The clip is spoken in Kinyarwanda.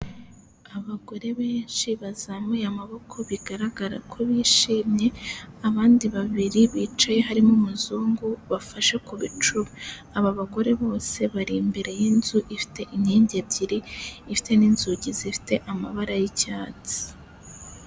Abagore benshi bazamuye amaboko bigaragara ko bishimye abandi babiri bicaye harimo umuzungu bafashe ku bicuba aba bagore bose bari imbere y'inzu ifite inkingi ebyiri ifite n'inzugi zifite amabara y'icyatsi .